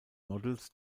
modells